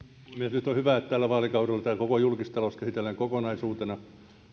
nyt on hyvä että tällä vaalikaudella tämä koko julkistalous käsitellään kokonaisuutena